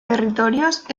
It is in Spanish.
territorios